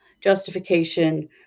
justification